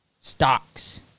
Stocks